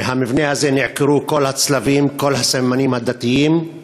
מהמבנה הזה נעקרו כל הצלבים, כל הסממנים הדתיים.